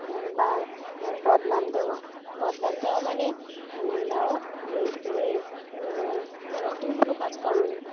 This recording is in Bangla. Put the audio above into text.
বা বদনাম দেওয়া বদনাম দেওয়া মানে ধরো তুমি ধরো তুমি কোনো কাজ করোনি